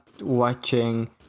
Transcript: watching